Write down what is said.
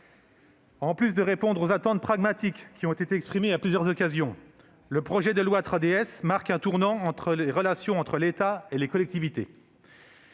En plus de répondre aux attentes pragmatiques qui ont été exprimées à plusieurs occasions, le projet de loi 3DS marque un tournant dans les relations entre l'État et les collectivités.